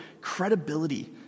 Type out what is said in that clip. credibility